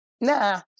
nah